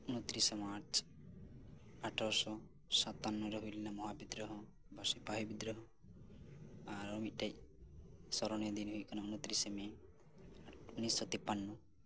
ᱩᱱᱛᱨᱤᱥᱟ March ᱟᱴᱷᱟᱨᱚᱥᱚ ᱥᱟᱛᱛᱟᱱᱱᱚ ᱨᱮ ᱦᱩᱭ ᱞᱮᱱᱟ ᱢᱚᱦᱟ ᱵᱤᱫᱽᱫᱨᱳᱦᱚ ᱵᱟ ᱥᱤᱯᱟᱦᱤ ᱵᱤᱫᱽᱫᱽᱨᱳᱦᱚ ᱟᱨ ᱢᱤᱫ ᱴᱮᱱ ᱥᱚᱨᱚᱱᱤᱭᱚ ᱫᱤᱱ ᱫᱚ ᱦᱩᱭᱩᱜ ᱠᱟᱱᱟ ᱩᱱᱛᱨᱤᱭᱥᱮ ᱢᱮ ᱩᱱᱤᱥᱥᱚ ᱛᱤᱯᱯᱟᱱᱱᱚ